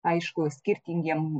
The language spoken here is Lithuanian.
aišku skirtingiem